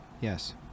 yes